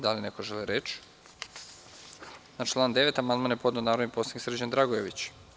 Da li neko želi reč? (Ne) Na član 9. amandman je podneo narodni poslanik Srđan Dragojević.